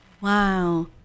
Wow